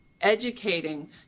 educating